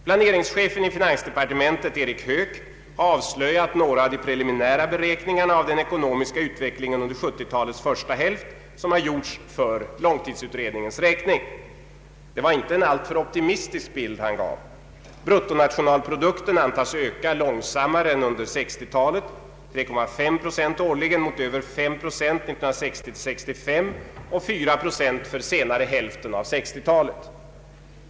Planeringschefen i finansdepartementet Erik Böök har avslöjat några av de preliminära beräkningarna av den ekonomiska utvecklingen under 1970 talets första hälft, som gjorts för långtidsutredningen. Det var en inte alltför optimistisk bild han gav. Bruttonationalprodukten antas öka långsammare än under 1960-talet — 3,5 procent årligen mot över 5 procent 1960—1965 och 4 procent för senare hälften av 1960-talet.